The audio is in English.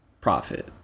profit